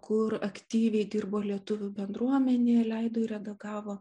kur aktyviai dirbo lietuvių bendruomenėje leido redagavo